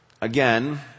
Again